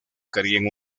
querían